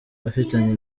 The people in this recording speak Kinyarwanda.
afitanye